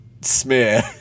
smear